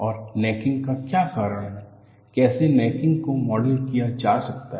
और नेकिंग का क्या कारण है कैसे नेकिंग को मॉडल किया जा सकता है